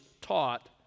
taught